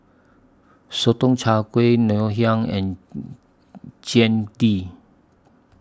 Sotong Char Kway Ngoh Hiang and Jian Dui